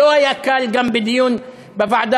לא היה קל גם בדיון בוועדה,